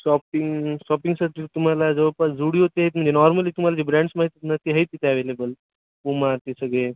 shopping शॉपिंगसाठी तुम्हाला जवळपास जुडीओचे ये म्हणजे नॉर्मली तुम्हाला जे ब्रँड्स माहीत ना ते हे तिथे अवेलेबल पुमा ते सगळे